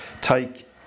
take